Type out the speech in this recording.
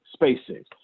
SpaceX